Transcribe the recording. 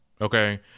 Okay